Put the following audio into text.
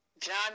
John